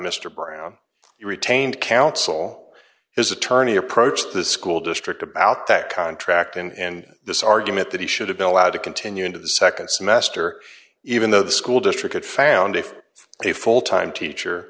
mr brown retained counsel his attorney approached the school district about that contract and this argument that he should have been allowed to continue into the nd semester even though the school district found if a full time teacher